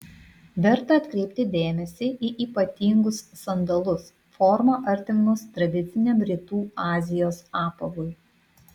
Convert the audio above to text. verta atkreipti dėmesį į ypatingus sandalus forma artimus tradiciniam rytų azijos apavui